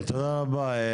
תודה רבה.